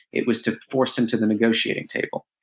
it was to force him to the negotiating table.